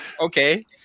okay